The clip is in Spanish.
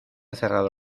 cerrado